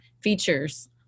features